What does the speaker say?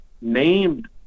named